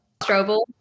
Strobel